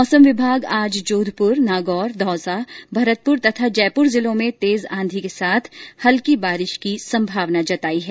मौसम विभाग आज जोधपुर नागौर दौसा भरतपुर तथा जयपुर जिलों में तेज आंधी के साथ हल्की बारिश की संभावना जताई है